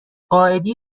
قائدی